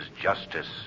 justice